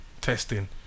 testing